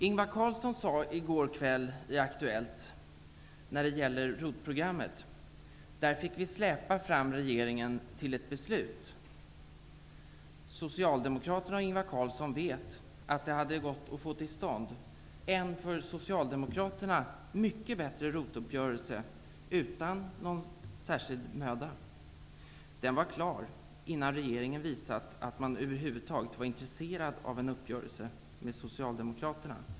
Ingvar Carlsson sade i går kväll i Aktuellt: När det gäller ROT-programmet, där fick vi släpa fram regeringen till ett beslut. Socialdemokraterna och Ingvar Carlsson vet att det hade gått att få till stånd en för Socialdemokraterna mycket bättre ROT uppgörelse utan någon särskild möda. Den var klar innan regeringen hade visat att man över huvud taget var intresserad av en uppgörelse med Socialdemokraterna.